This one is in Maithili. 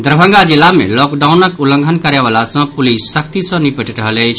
दरभंगा जिला मे लॉकडाउनक उल्लंघन करयवला सऽ पुलिस सख्ती सऽ निपटि रहल अछि